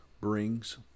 brings